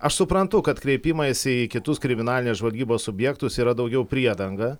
aš suprantu kad kreipimaisi į kitus kriminalinės žvalgybos subjektus yra daugiau priedanga